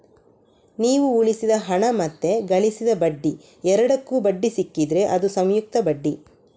ನೀವು ಉಳಿಸಿದ ಹಣ ಮತ್ತೆ ಗಳಿಸಿದ ಬಡ್ಡಿ ಎರಡಕ್ಕೂ ಬಡ್ಡಿ ಸಿಕ್ಕಿದ್ರೆ ಅದು ಸಂಯುಕ್ತ ಬಡ್ಡಿ